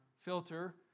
filter